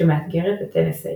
שמאתגרת את ה-NSA.